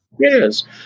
Yes